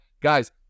Guys